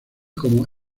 como